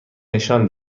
نشان